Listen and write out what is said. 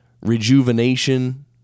rejuvenation